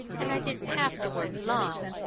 and i didn't have to work long.